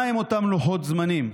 מהם אותם לוחות זמנים?